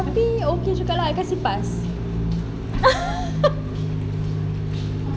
tapi okay juga lah I kasi pass